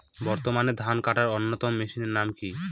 বর্তমানে ধান কাটার অন্যতম মেশিনের নাম কি?